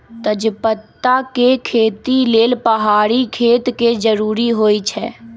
तजपत्ता के खेती लेल पहाड़ी खेत के जरूरी होइ छै